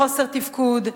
לחוסר תפקוד,